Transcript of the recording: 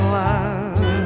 love